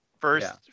First